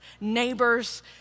neighbors